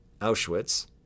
Auschwitz